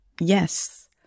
yes